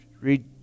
Read